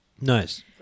Nice